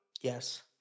Yes